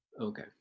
Okay